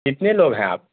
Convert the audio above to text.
کتنے لوگ ہیں آپ